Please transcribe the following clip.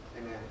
Amen